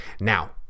now